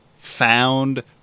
found